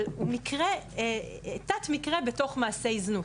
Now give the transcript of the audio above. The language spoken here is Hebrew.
של תת מקרה בתוך מעשי זנות,